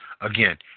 again